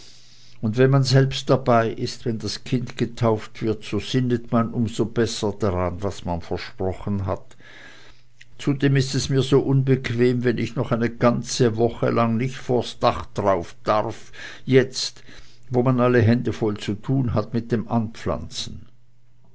und wenn man selbst dabei ist wenn das kind getauft wird so sinnet man um so besser daran was man versprochen hat zudem ist es mir so unbequem wenn ich noch eine ganze woche lang nicht vor das dachtraufe darf jetzt wo man alle hände voll zu tun hat mit dem anpflanzen